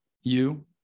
you-